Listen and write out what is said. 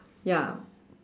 ya